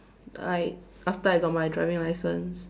I after I got my driving license